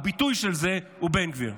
הביטוי של זה הוא בן גביר.